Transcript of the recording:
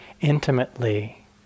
intimately